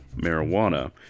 marijuana